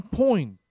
point